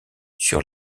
sur